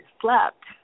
slept